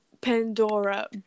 Pandora